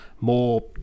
More